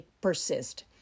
persist